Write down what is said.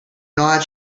not